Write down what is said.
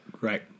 right